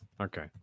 Okay